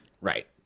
right